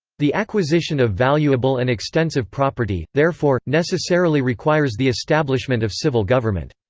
the acquisition of valuable and extensive property, therefore, necessarily requires the establishment of civil government.